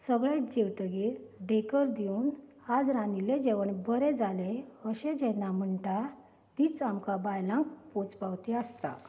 सगळे जेवतकच डेंकर दिवून आज रांदिल्लें जेवण बरें जालें अशें जेन्ना म्हणटा तीच आमकां बायलांक पोचपावती आसता